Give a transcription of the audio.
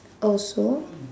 also